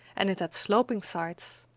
and it had sloping sides.